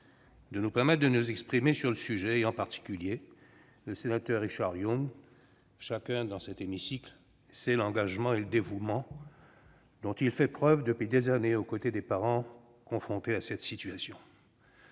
de nous permettre de nous exprimer sur le sujet, en particulier Richard Yung. Chacun, dans cet hémicycle, sait l'engagement et le dévouement dont il fait preuve depuis des années aux côtés des parents confrontés à cette situation.